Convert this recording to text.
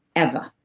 ever,